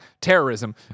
terrorism